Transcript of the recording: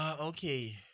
Okay